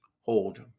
hold